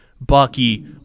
Bucky